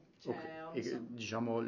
diciamo